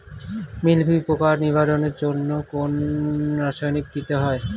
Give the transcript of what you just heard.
মিলভিউ পোকার নিবারণের জন্য কোন রাসায়নিক দিতে হয়?